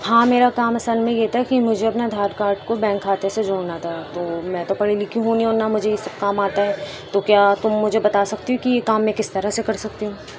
ہاں میرا کام اصل میں یہ تھا کہ مجھے اپنا آدھار کارڈ کو بینک کھاتے سے جوڑنا تھا تو میں تو پڑھی لکھی ہوں نہیں اور نہ مجھے یہ سب کام آتا ہے تو کیا تم مجھے بتا سکتی ہو کہ یہ کام میں کس طرح سے کر سکتی ہوں